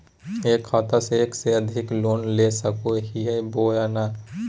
एक खाता से एक से अधिक लोन ले सको हियय बोया नय?